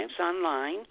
online